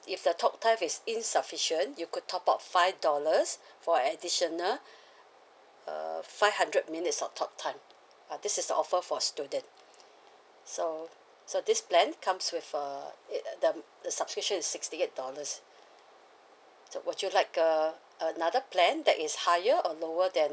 if the talk time is insufficient you could top up five dollars for additional uh five hundred minutes of talk time uh this is offer for student so so this plan comes with a it the the subscription is sixty eight dollars so would you like uh another plan that is higher or lower than